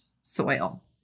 soil